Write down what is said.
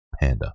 Panda